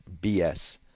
BS